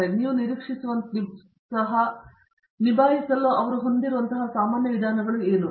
ಮತ್ತು ನೀವು ನಿರೀಕ್ಷಿಸುವಂತಹ ನಿಭಾಯಿಸಲು ನೀವು ಹೊಂದಿರುವ ಸಾಮಾನ್ಯ ವಿಧಾನಗಳು ಯಾವುವು